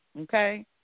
okay